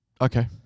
Okay